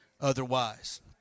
otherwise